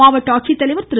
மாவட்ட ஆட்சித்தலைவர் திரு